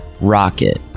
Rocket